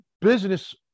business